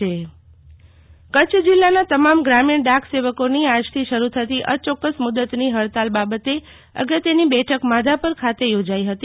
શીતલવૈશ્નવ ગ્રામીણ ડાક સેવકો હડતાલ કચ્છ જિલ્લાના તમામ ગ્રામીણ ડાક સેવકોની આજથી શરૂ થતી અચોક્કસ મુદતની ફડતાળ બાબતે અગત્યની બેઠક માધાપર ખાતે યોજાઇ ફતી